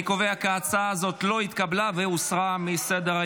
אני קובע כי ההצעה הזאת לא התקבלה והוסרה מסדר-היום.